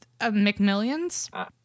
McMillions